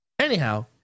Anyhow